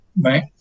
Right